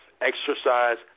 exercise